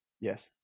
Yes